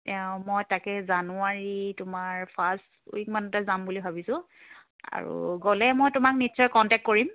তেওঁ মই তাকে জানুৱাৰী তোমাৰ ফাৰ্ষ্ট উইকমানতে যাম বুলি ভাবিছোঁ আৰু গ'লে মই তোমাক নিশ্চয় কণ্টেক্ট কৰিম